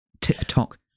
TikTok